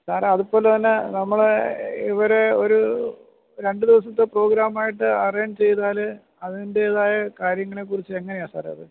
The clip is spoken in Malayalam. സാറെ അതുപോലെ തന്നെ നമ്മൾ ഇവർ ഒരു രണ്ട് ദിവസത്തെ പ്രോഗ്രാമായിട്ട് അറേഞ്ച് ചെയ്താൽ അതിൻറ്റേതായ കാര്യങ്ങളെക്കുറിച്ച് എങ്ങനെയാണ് സാറെ അത്